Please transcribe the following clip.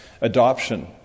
adoption